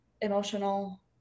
emotional